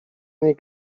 nie